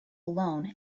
alone